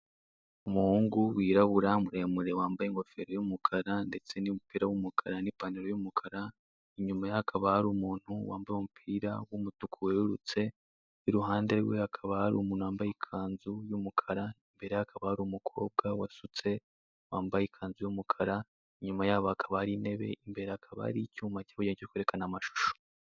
Umuhungu wirabura muremure wambaye ingofero y'umukara ndetse n'umupira w'umukara n'ipantaro y'umukara, inyuma ye hakaba hari umuntu wambaye umupira w'umutuku wererutse, iruhande rwe hakaba hari umuntu wambaye ikanzu y'umukara, imbere ye hakaba hari umukobwa wasutse wambaye ikazu y'umukara, inyuma yabo hakaba hari intebe imbere hakaba hari icyuma kuri kwerekana amashusho.